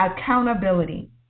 Accountability